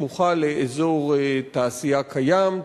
סמוכה לאזור תעשייה קיים,